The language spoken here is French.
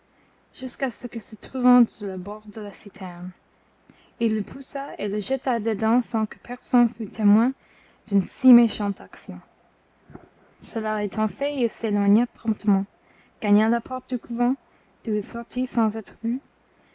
jusqu'à ce que se trouvant sur le bord de la citerne il le poussa et le jeta dedans sans que personne fût témoin d'une si méchante action cela étant fait il s'éloigna promptement gagna la porte du couvent d'où il sortit sans être vu